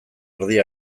erdi